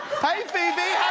hey phoebe